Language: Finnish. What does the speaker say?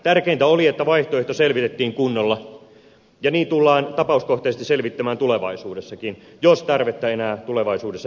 tärkeintä oli että vaihtoehto selvitettiin kunnolla ja niin tullaan tapauskohtaisesti selvittämään tulevaisuudessakin jos tarvetta tulevaisuudessa ilmenee